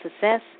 success